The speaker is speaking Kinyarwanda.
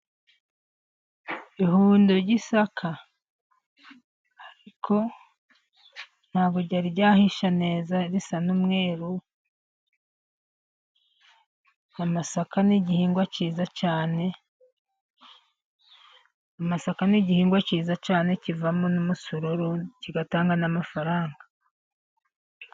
Ihudo ryi'saka, ariko ntabwo ryari ryahisha neza risa n'umweru, amasaka ni igihingwa cyiza cyane, amasaka ni igihingwa cyiza cyane kivamo n'umusururu, kigatanga n'amafaranga.